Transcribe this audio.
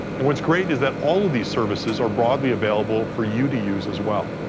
and what's great is that all of these services are broadly available for you to use as well.